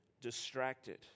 distracted